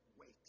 Wait